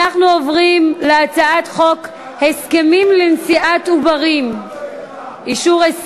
אנחנו עוברים להצעת חוק הסכמים לנשיאת עוברים (אישור הסכם,